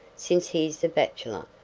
since he's a bachelor,